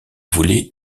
voulait